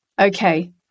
okay